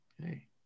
Okay